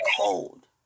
cold